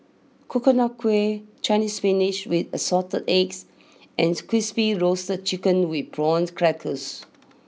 Coconut Kuih Chinese spinach with assorted eggs ans Crispy Roasted Chicken with Prawns Crackers